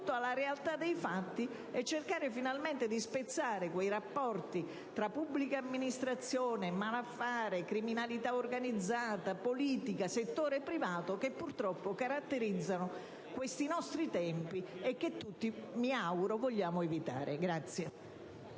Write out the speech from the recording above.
alla realtà dei fatti. In questo modo potremo finalmente cercare di spezzare quei rapporti tra pubblica amministrazione, malaffare, criminalità organizzata, politica e settore privato che purtroppo caratterizzano questi nostri tempi e che tutti, mi auguro, vogliamo evitare.